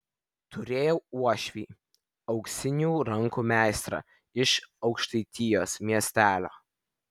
turėjau uošvį auksinių rankų meistrą iš aukštaitijos miestelio